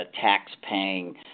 tax-paying